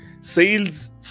sales